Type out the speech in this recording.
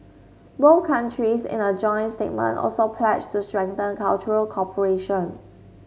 both countries in a joint statement also pledged to strengthen cultural cooperation